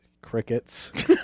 Crickets